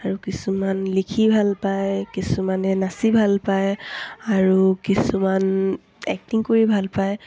আৰু কিছুমান লিখি ভাল পায় কিছুমানে নাচি ভাল পায় আৰু কিছুমান এক্টিং কৰি ভাল পায়